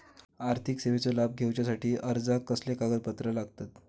आर्थिक सेवेचो लाभ घेवच्यासाठी अर्जाक कसले कागदपत्र लागतत?